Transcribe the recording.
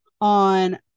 on